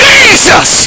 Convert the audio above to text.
Jesus